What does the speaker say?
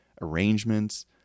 arrangements